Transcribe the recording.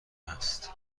است